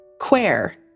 queer